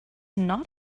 not